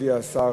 מכובדי השר,